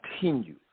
continue